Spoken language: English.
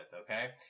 okay